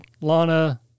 Lana